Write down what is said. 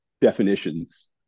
definitions